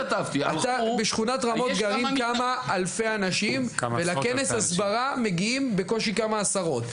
בשכונת רמות גרים כמה אלפי אנשים ולכנס הסברה מגיעים בקושי כמה עשרות.